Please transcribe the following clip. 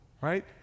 right